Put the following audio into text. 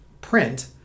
print